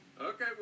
Okay